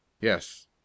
yes